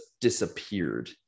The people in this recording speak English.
disappeared